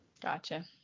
gotcha